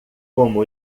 como